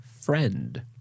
Friend